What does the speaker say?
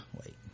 wait